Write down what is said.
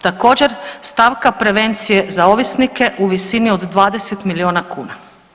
Također stavka prevencije za ovisnike u visini od 20 milijuna kuna.